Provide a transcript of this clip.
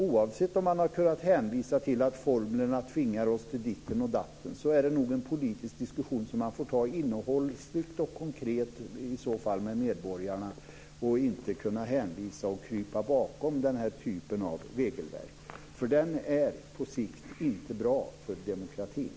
Oavsett om man har kunnat hänvisa till att formlerna tvingar oss till ditten och datten så är det nog en politisk diskussion som man får ta innehållsligt och konkret i så fall med medborgarna, i stället för att kunna hänvisa och krypa bakom den här typen av regelverk, för den är på sikt inte bra för demokratin.